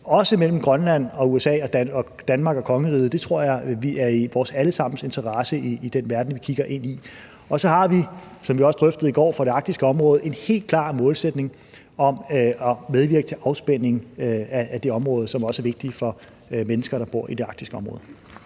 også mellem Grønland og USA og Danmark og kongeriget. Det tror jeg er i vores alle sammens interesse i den verden, vi kigger ind i. Og så har vi, som vi også drøftede i går, for det arktiske område en helt klar målsætning om at medvirke til afspænding, som også er vigtigt for mennesker, der bor i det arktiske område.